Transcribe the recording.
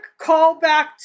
callback